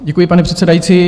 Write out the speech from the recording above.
Děkuji, pane předsedající.